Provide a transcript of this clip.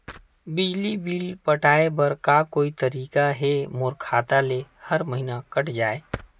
बिजली बिल पटाय बर का कोई तरीका हे मोर खाता ले हर महीना कट जाय?